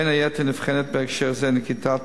בין היתר נבחנת בהקשר זה נקיטת